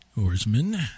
Horseman